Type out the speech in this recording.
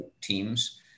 teams